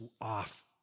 off